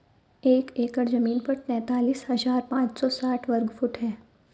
एक एकड़ जमीन तैंतालीस हजार पांच सौ साठ वर्ग फुट है